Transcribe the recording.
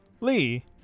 Lee